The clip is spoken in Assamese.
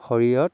শৰীৰত